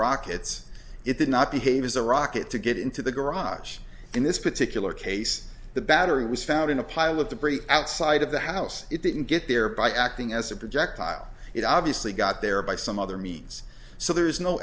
rockets it did not behave as a rocket to get into the garage in this particular case the battery was found in a pile of debris outside of the house it didn't get there by acting as a projectile it obviously got there by some other means so there is no